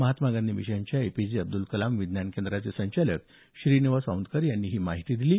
महात्मा गांधी मिशनच्या एपीजे अब्दुल कलाम विज्ञान केंद्राचे संचालक श्रीनिवास औंधकर यांनी ही माहिती दिली आहे